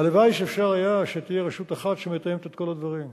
הלוואי שאפשר היה שתהיה רשות אחת שמתאמת את כל הדברים.